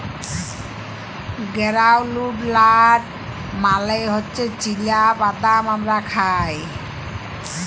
গেরাউলড লাট মালে হছে চিলা বাদাম আমরা খায়